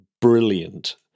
brilliant